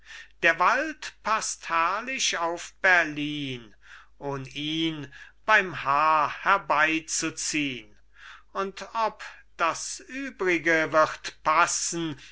der wald paßt herrlich auf berlin ohn ihn beim haar herbeizuziehn und ob das übrige wird passen